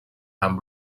han